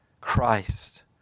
Christ